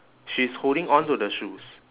she's holding on to the shoes